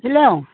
hello